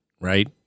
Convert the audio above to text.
right